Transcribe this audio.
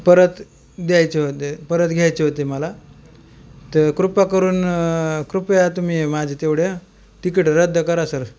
परत द्यायचे होते परत घ्यायचे होते मला तर कृपा करून कृपया तुम्ही माझे तेवढ्या तिकीट रद्द करा सर